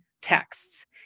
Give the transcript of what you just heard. texts